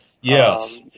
Yes